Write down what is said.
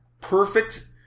perfect